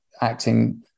acting